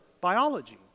biology